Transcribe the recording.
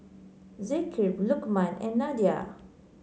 Zikri Lukman and Nadia